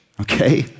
okay